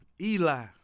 Eli